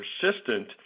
persistent